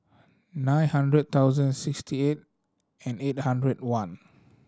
nine hundred thousand sixty eight and eight hundred one